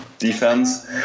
defense